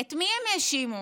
את מי הם האשימו?